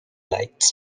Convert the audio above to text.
light